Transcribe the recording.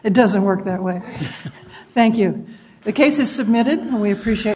it doesn't work that way thank you the case is submitted we appreciate